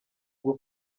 bwo